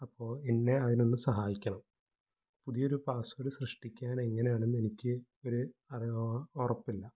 അപ്പോള് എന്നെ അതിനൊന്ന് സഹായിക്കണം പുതിയൊരു പാസ്വേഡ് സൃഷ്ടിക്കാൻ എങ്ങനെയാണെന്നെനിക്ക് ഒരു അറിവോ ഉറപ്പില്ല